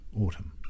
Autumn